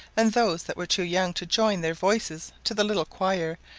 and those that were too young to join their voices to the little choir,